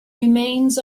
remains